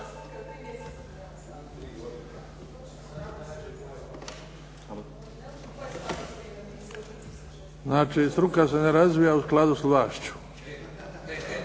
Znači struka se ne razvija u skladu s vlašću.